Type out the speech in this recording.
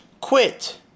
Quit